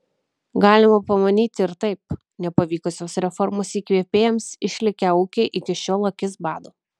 galima pamanyti ir taip nepavykusios reformos įkvėpėjams išlikę ūkiai iki šiol akis bado